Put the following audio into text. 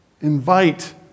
invite